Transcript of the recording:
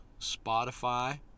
Spotify